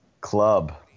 club